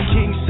King